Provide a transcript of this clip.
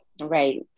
right